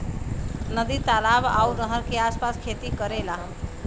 नदी तालाब आउर नहर के आस पास खेती करेला